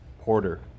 Porter